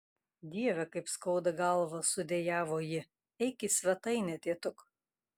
dieve kaip skauda galvą sudejavo ji eik į svetainę tėtuk